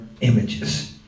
images